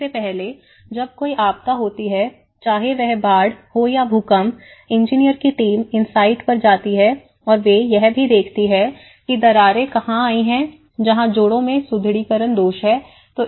इससे पहले जब कोई आपदा होती है चाहे वह बाढ़ हो या भूकंप इंजीनियर की टीम इन साइट पर जाती है और वे यह भी देखती हैं कि दरारें कहां आई हैं जहां जोड़ों में सुदृढीकरण दोष है